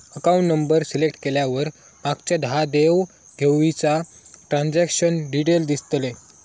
account number select केल्यावर मागच्या दहा देव घेवीचा ट्रांजॅक्शन डिटेल दिसतले